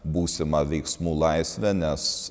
būsimą veiksmų laisvę nes